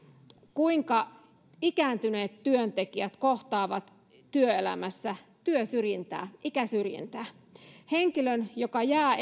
kuinka ikääntyneet työntekijät kohtaavat työelämässä työsyrjintää ikäsyrjintää henkilön joka jää